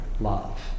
love